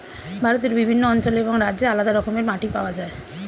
ভারতের বিভিন্ন অঞ্চলে এবং রাজ্যে আলাদা রকমের মাটি পাওয়া যায়